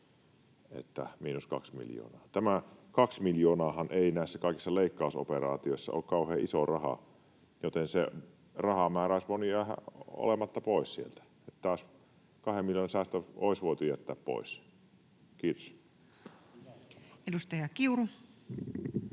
että miinus kaksi miljoonaa. Tämä kaksi miljoonaahan ei näissä kaikissa leikkausoperaatioissa ole kauhean iso raha, joten se rahamäärä olisi voinut jäädä olematta pois sieltä. Tämä kahden miljoonan säästö olisi voitu jättää pois. — Kiitos. [Speech 256]